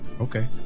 okay